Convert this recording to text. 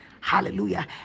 Hallelujah